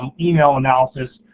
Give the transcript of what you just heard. ah email analysis,